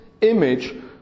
image